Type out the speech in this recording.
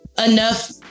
enough